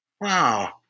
Wow